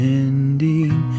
ending